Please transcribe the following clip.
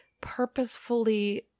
purposefully